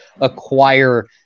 acquire